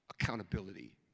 accountability